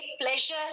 pleasure